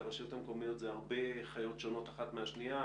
הרשויות המקומיות הן רבות והן שונות האחת מהשנייה,